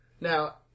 Now